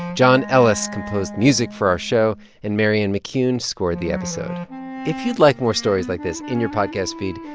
john ellis composed music for our show, and marianne mccune scored the episode if you'd like more stories like this in your podcast feed,